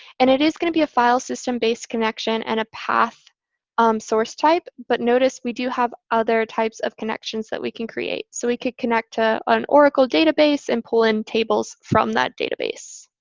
and it is going to be a file system-based connection and a path source type. but notice we do have other types of connections that we can create. so we could connect to an oracle database and pull in tables from that database.